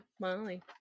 Molly